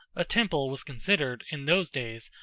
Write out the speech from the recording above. a temple was considered, in those days,